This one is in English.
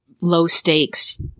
low-stakes